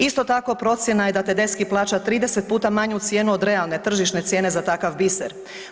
Isto tako procjena je da Tedeschi plaća 30 puta manju cijenu od realne tržišne cijene za takav biser.